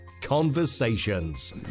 conversations